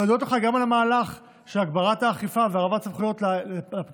להודות לך גם על המהלך של הגברת האכיפה והעברת הסמכויות לפקחים